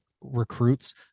recruits